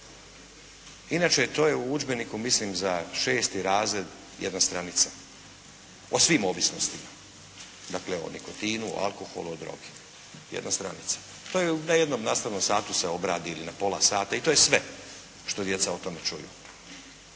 Inače to je udžbeniku mislim za šesti razred, jedna stranica o svim ovisnostima, dakle o nikotinu, alkoholu, o drogi. Jedna stranica. To je na jednom nastavnom satu se obradi ili na pola sata i to je sve što djeca o tome čuju.